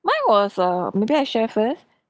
mine was err maybe I share first